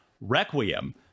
Requiem